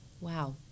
Wow